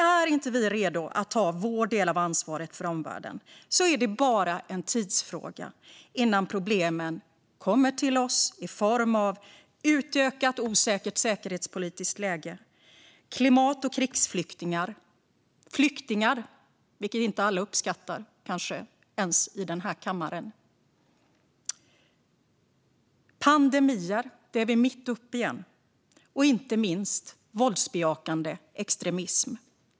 Är inte vi redo att ta vår del av ansvaret för omvärlden är det bara en tidsfråga innan problemen kommer till oss i form av ett utökat osäkert säkerhetspolitiskt läge, klimat och krigsflyktingar - som inte alla uppskattar, kanske inte ens alla här i kammaren - samt pandemier som den vi är mitt uppe i och inte minst våldsbejakande extremism.